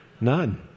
None